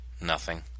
Nothing